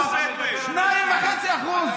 2.5% אני אגיד לך מה עשו הבדואים,